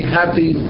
happy